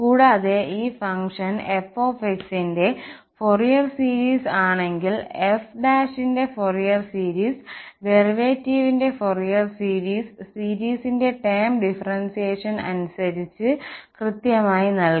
കൂടാതെ ഈ function f ന്റെ ഫൊറിയർ സീരീസ് ആണെങ്കിൽ f ന്റെ ഫൊറിയർ സീരീസ് ഡെറിവേറ്റീവിന്റെ ഫൊറിയർ സീരീസ് സീരീസിന്റെ ടേം ഡിഫറൻഷ്യേഷൻ അനുസരിച്ച് ടേം അനുസരിച്ച് കൃത്യമായി നൽകും